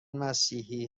مسیحی